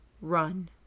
run